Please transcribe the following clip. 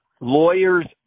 lawyers